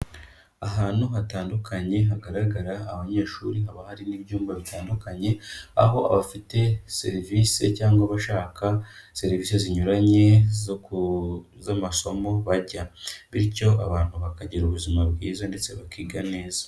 Ahantu hatandukanye hagaragara abanyeshuri haba hari n'ibyumba bitandukanye aho abafite serivisi cyangwa abashaka serivisi zinyuranye z'amasomo bajya, bityo abantu bakagira ubuzima bwiza ndetse bakiga neza.